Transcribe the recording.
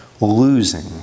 losing